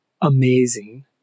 amazing